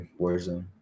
Warzone